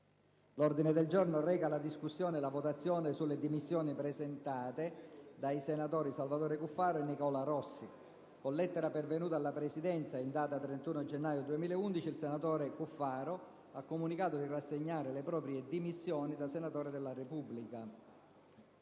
L'ordine del giorno reca: «Votazione sulle dimissioni presentate dai senatori Salvatore Cuffaro e Nicola Rossi». Con lettera pervenuta alla Presidenza in data 31 gennaio 2011, il senatore Cuffaro ha comunicato di rassegnare le proprie dimissioni da senatore della Repubblica.